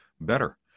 better